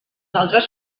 altres